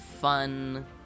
fun